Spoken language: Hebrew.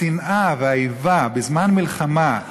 השנאה והאיבה בזמן מלחמה,